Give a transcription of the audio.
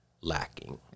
lacking